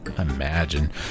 Imagine